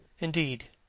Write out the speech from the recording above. indeed,